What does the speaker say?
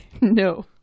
no